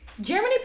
Germany